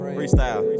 Freestyle